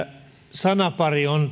sanapari on